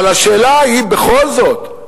אבל השאלה היא בכל זאת,